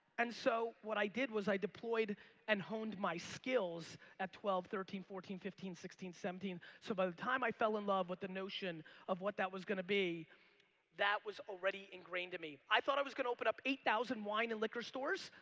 and so what i did was i deployed and honed my skills at twelve, thirteen, fourteen, fifteen, sixteen, seventeen so by the time i fell in love with the notion of what that was going to be that was already ingrained in me. i thought i was gonna open up eight thousand wine and liquor stores,